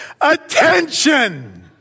attention